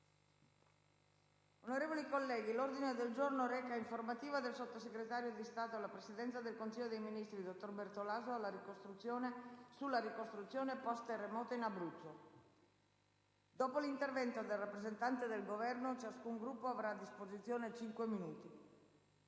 nuova finestra"). L'ordine del giorno reca: «Informativa del Sottosegretario di Stato alla Presidenza del Consiglio dei ministri per la Protezione civile sulla ricostruzione post-terremoto in Abruzzo». Dopo l'intervento del rappresentante del Governo, ciascun Gruppo avrà a disposizione cinque minuti.